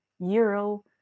euro